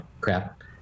crap